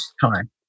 time